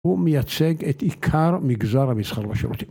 הוא מייצג את עיקר מגזר המסחר בשירותים.